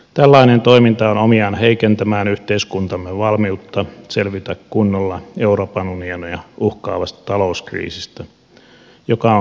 tällainen toiminta on omiaan heikentämään yhteiskuntamme valmiutta selvitä kunnolla euroopan unionia uhkaavasta talouskriisistä joka on laukeamassa käsiin